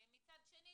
מצד שני,